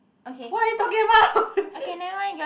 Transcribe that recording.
okay okay never mind just